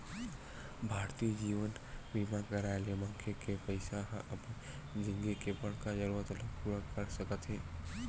भारतीय जीवन बीमा कराय ले मनखे के पइसा ह अपन जिनगी के बड़का जरूरत ल पूरा कर सकत हे